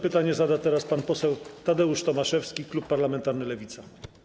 Pytanie zada teraz pan poseł Tadeusz Tomaszewski, klub parlamentarny Lewica.